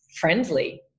friendly